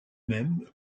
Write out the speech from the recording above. même